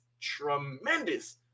tremendous